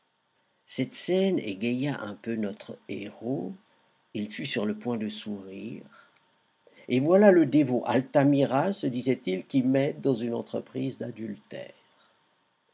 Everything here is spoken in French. cette scène égaya un peu notre héros il fut sur le point de sourire et voilà le dévot altamira se disait-il qui m'aide dans une entreprise d'adultère